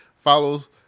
follows